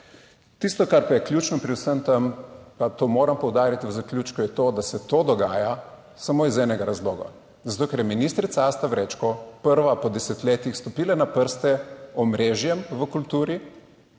Tisto kar pa je ključno pri vsem tem pa to moram poudariti v zaključku je to, da se to dogaja samo iz enega razloga, zato ker je ministrica Asta Vrečko prva po desetletjih stopila na prste omrežjem v kulturi,